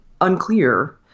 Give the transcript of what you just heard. Unclear